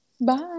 Bye